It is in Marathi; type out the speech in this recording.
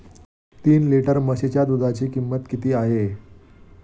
तीन लिटर म्हशीच्या दुधाची किंमत किती आहे?